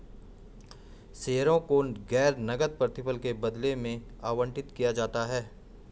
शेयरों को गैर नकद प्रतिफल के बदले में आवंटित किया जाता है